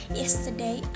yesterday